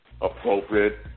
appropriate